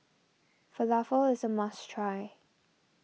Falafel is a must try